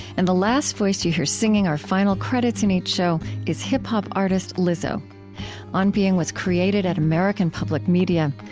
and the last voice you hear singing our final credits in each show is hip-hop artist lizzo on being was created at american public media.